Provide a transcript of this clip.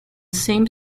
same